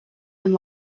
and